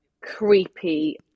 creepy